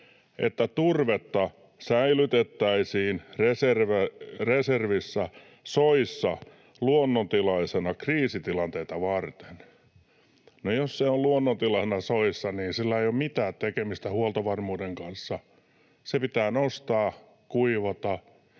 että turvetta säilytettäisiin reservissä soissa luonnontilaisena kriisitilanteita varten.” No, jos se on luonnontilaisena soissa, niin sillä ei ole mitään tekemistä huoltovarmuuden kanssa. Se pitää nostaa ja kuivata,